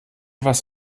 was